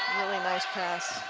really nice pass.